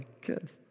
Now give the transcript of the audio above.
kids